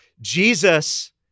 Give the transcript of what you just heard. Jesus